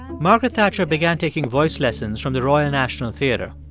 margaret thatcher began taking voice lessons from the royal national theatre.